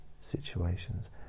situations